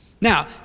now